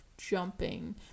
jumping